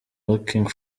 looking